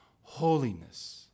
holiness